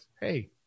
hey